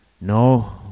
No